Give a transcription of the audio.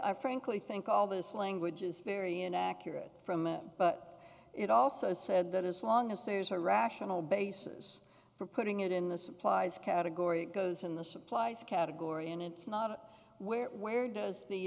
i frankly think all this language is very inaccurate from a but it also said that as long as there's a rational basis for putting it in the supplies category because in the supplies category and it's not where where does the